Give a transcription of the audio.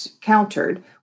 countered